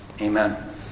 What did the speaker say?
Amen